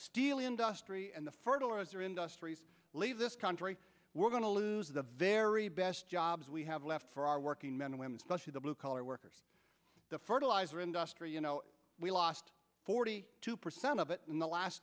steel industry and the fertilizer industries leave this country we're going to lose the very best jobs we have left for our working men and women see the blue collar workers the fertilizer industry you know we lost forty two percent of it in the last